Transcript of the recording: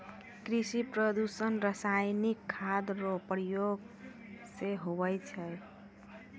कृषि प्रदूषण रसायनिक खाद रो प्रयोग से हुवै छै